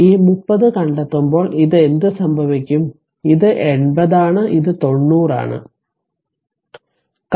അതിനാൽ ഈ 30 കണ്ടെത്തുമ്പോൾ ഇത് എന്ത് സംഭവിക്കും ഇത് 80 ആണ് ഇത് 90 ആണ്